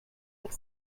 like